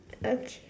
okay